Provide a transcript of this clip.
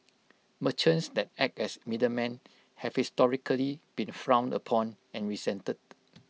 merchants that act as middlemen have historically been frowned upon and resented